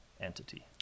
entity